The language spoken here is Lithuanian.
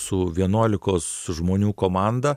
su vienuolikos žmonių komanda